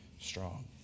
strong